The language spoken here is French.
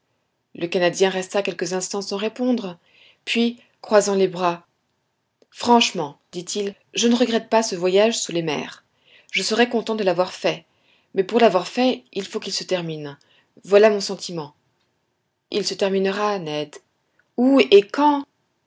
le canadien resta quelques instants sans répondre puis se croisant les bras franchement dit-il je ne regrette pas ce voyage sous les mers je serai content de l'avoir fait mais pour l'avoir fait il faut qu'il se termine voilà mon sentiment il se terminera ned où et quand